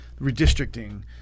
redistricting